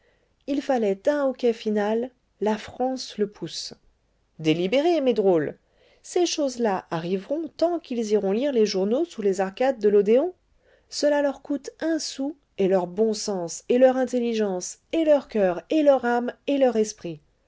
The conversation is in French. il fallait un hoquet final la france le pousse délibérez mes drôles ces choses-là arriveront tant qu'ils iront lire les journaux sous les arcades de l'odéon cela leur coûte un sou et leur bon sens et leur intelligence et leur coeur et leur âme et leur esprit